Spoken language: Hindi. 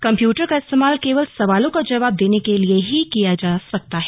कम्प्यूटर का इस्तेमाल केवल सवालों का जवाब देने के लिए ही किया जा सकता है